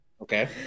Okay